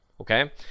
okay